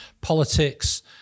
politics